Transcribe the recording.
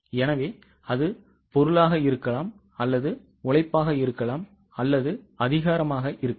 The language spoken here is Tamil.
எனவே அது பொருளாக இருக்கலாம் உழைப்பாக இருக்கலாம் அதிகாரமாக இருக்கலாம்